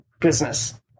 business